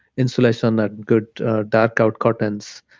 insulation or good dark-out curtains,